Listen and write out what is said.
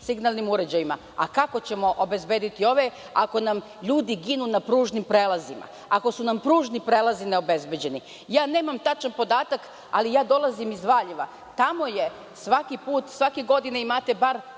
signalnim uređajima? Kako ćemo obezbediti ove ako nam ljudi ginu na pružnim prelazima, ako su nam pružni prelazi neobezbeđeni? Nemam tačan podatak, ali dolazim iz Valjeva, tamo svake godine imate bar